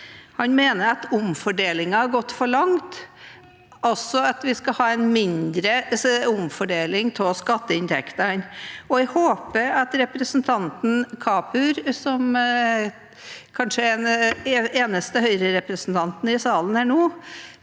Han mener at omfordelingen har gått for langt, altså at vi skal ha en mindre omfordeling av skatteinntektene. Jeg håper at representanten Kapur, som kanskje er den eneste Høyre-representanten i salen